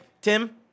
tim